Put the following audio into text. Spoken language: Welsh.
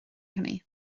hynny